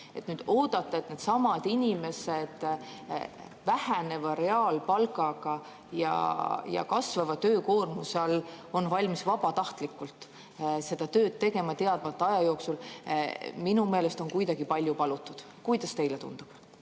Nüüd oodata, et needsamad inimesed väheneva reaalpalgaga ja kasvava töökoormuse all on valmis vabatahtlikult seda tööd tegema teadmata aja jooksul, on minu meelest kuidagi palju palutud. Kuidas teile tundub?